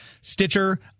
Stitcher